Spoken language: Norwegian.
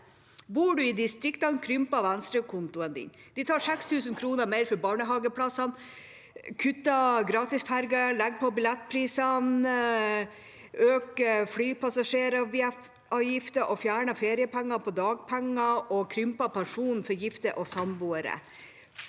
Bor du i distriktet, krymper Venstre kontoen din. De tar 6 000 kr mer for barnehageplassene, kutter gratisferger, legger på billettprisene, øker flypassasjeravgifter, fjerner feriepenger på dagpenger og krymper pensjonen for gifte og samboere